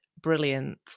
brilliant